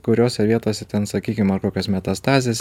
kuriose vietose ten sakykim ar kokios metastazės